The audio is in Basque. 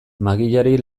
magiari